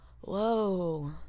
whoa